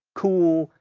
cool,